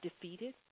defeated